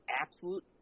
absolute